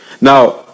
Now